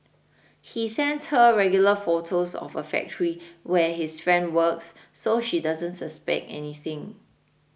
he sends her regular photos of a factory where his friend works so she doesn't suspect anything